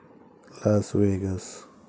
loss వెగస్